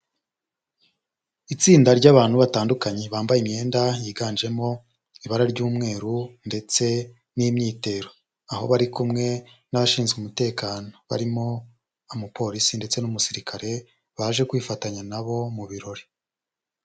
Itsinda ry'abantu batandukanye bambaye imyenda yiganjemo ibara ry'umweru ndetse n'imyitero, aho bari kumwe n'abashinzwe umutekano barimo umupolisi ndetse n'umusirikare baje kwifatanya na bo mu birori.